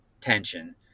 tension